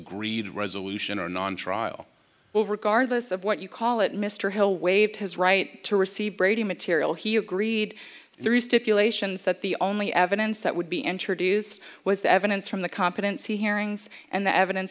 agreed resolution or non trial well regardless of what you call it mr hill waived his right to receive brady material he agreed there is stipulations that the only evidence that would be introduced was the evidence from the competency hearings and the evidence